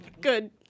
Good